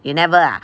you never ah